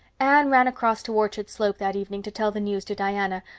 anne ran across to orchard slope that evening to tell the news to diana,